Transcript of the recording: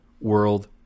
world